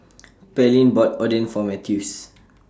Pearline bought Oden For Mathews